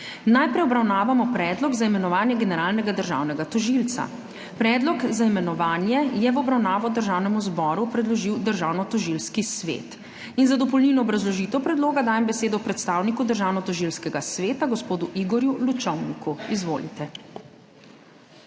Najprej obravnavamo predlog za imenovanje generalnega državnega tožilca. Predlog za imenovanje je v obravnavo Državnemu zboru predložil Državnotožilski svet. Za dopolnilno obrazložitev predloga dajem besedo predstavniku Državnotožilskega sveta gospodu Igorju Lučovniku. Izvolite.